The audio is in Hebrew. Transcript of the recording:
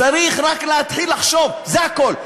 צריך רק להתחיל לחשוב, זה הכול.